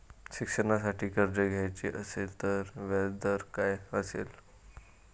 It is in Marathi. शिक्षणासाठी कर्ज घ्यायचे असेल तर व्याजदर काय असेल?